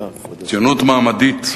ציונות מעמדית.